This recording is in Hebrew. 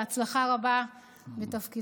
בהצלחה רבה בתפקידך,